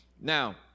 Now